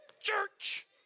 church